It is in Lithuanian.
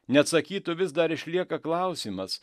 neatsakytu vis dar išlieka klausimas